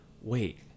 wait